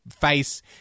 face